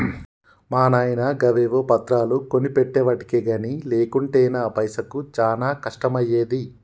మా నాయిన గవేవో పత్రాలు కొనిపెట్టెవటికె గని లేకుంటెనా పైసకు చానా కష్టమయ్యేది